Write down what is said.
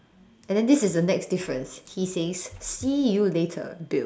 and then this is the next difference he says see you later Bill